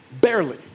Barely